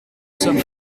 somme